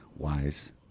Wise